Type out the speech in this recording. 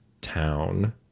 town